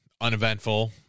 Uneventful